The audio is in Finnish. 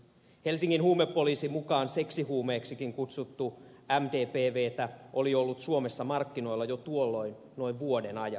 helsingin huumepoliisin mukaan seksihuumeeksikin kutsuttu mdpvtä oli ollut suomessa markkinoilla tuolloin jo noin vuoden ajan